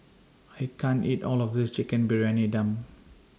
I can't eat All of This Chicken Briyani Dum